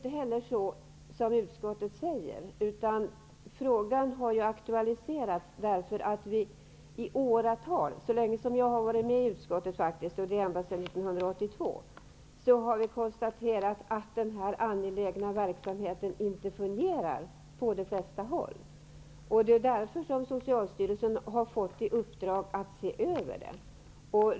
Frågan har aktualiserats därför att vi i åratal -- så länge jag har varit med i utskottet, dvs. ända sedan 1982 -- har kunnat konstatera att denna angelägna verksamhet inte fungerar på de flesta håll. Det är därför som Socialstyrelsen har fått i uppdrag att se över detta.